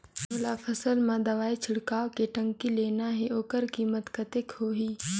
मोला फसल मां दवाई छिड़काव के टंकी लेना हे ओकर कीमत कतेक होही?